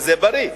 וזה בריא,